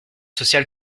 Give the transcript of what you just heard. sociale